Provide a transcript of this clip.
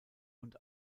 und